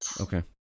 Okay